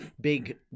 big